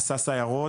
עשה סיירות,